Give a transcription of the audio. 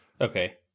Okay